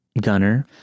Gunner